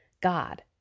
God